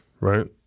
right